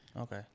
okay